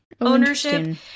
ownership